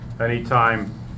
anytime